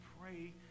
pray